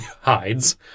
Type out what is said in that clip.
hides